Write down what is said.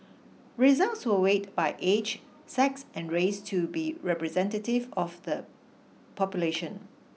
results were weighted by age sex and race to be representative of the population